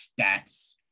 stats